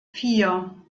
vier